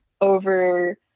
over